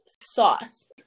sauce